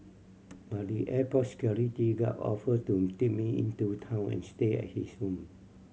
but the airport security guard offered to take me into town and stay at his home